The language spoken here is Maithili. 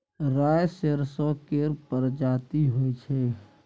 राई सरसो केर परजाती होई छै